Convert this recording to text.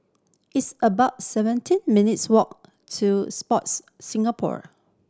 it's about seventeen minutes' walk to Sports Singapore